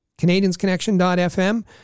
canadiansconnection.fm